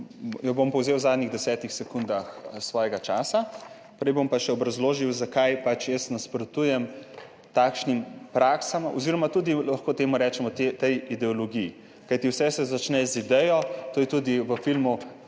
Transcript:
jo bom povzel v zadnjih 10 sekundah svojega časa, prej bom pa še obrazložil, zakaj jaz nasprotujem takšnim praksam oziroma lahko temu rečemo tudi tej ideologiji. Kajti vse se začne z idejo, to je tudi v filmu